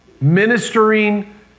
Ministering